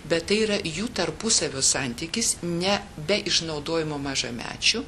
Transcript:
bet tai yra jų tarpusavio santykis ne be išnaudojimo mažamečių